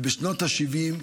ובשנות השבעים,